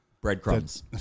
Breadcrumbs